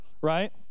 right